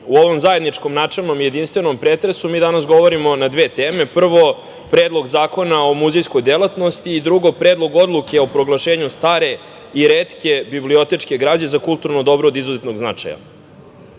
U ovom zajedničkom, načelnom i jedinstvenom pretresu mi danas govorimo na dve teme, prvo Predlog zakona o muzejskoj delatnosti i drugo - Predlog odluke o proglašenju stare i retke bibliotečke građe za kulturno dobro od izuzetnog